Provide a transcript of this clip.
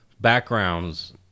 backgrounds